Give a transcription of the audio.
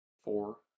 four